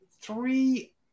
three